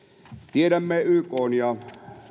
tiedämme ykn ja